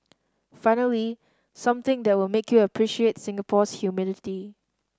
finally something that will make you appreciate Singapore's humidity